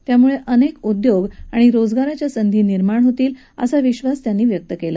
त्यामुळे अनेक उद्योग आणि रोजगारसंधी निर्माण होतील असा विक्वास त्यांनी व्यक्त केला